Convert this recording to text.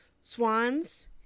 swans